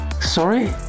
Sorry